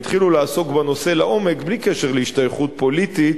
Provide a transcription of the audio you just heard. בלי קשר להשתייכות פוליטית,